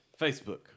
Facebook